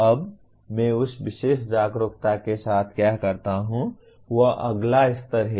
अब मैं उस विशेष जागरूकता के साथ क्या करता हूं वह अगला स्तर है